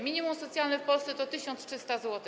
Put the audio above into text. Minimum socjalne w Polsce to 1300 zł.